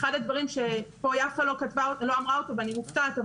אחד הדברים שיפה בן דוד לא אמרה אותו ואני מופתעת,